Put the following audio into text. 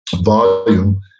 volume